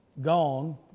gone